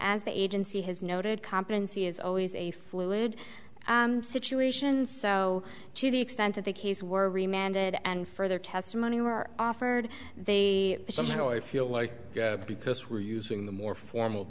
as the agency has noted competency is always a fluid situation so to the extent of the case were remained it and further testimony were offered they somehow i feel like because we're using the more formal